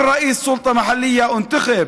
כל ראשי הרשויות המקומיות נבחרו,